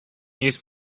use